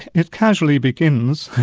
it casually begins,